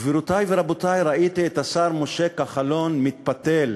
גבירותי ורבותי, ראיתי את השר משה כחלון מתפתל